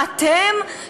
אתם,